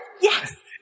Yes